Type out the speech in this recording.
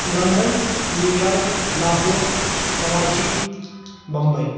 London New York Lahore Karachi Bombay